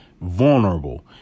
vulnerable